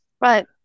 Right